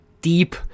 deep